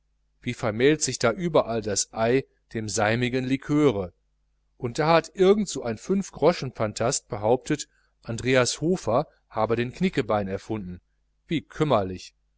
wie vermählt sich da überall das ei dem seimigen liköre und da hat irgend so ein fünfgroschenphantast behauptet andreas hofer habe den knickebein erfunden wie kümmerlich